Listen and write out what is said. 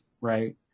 right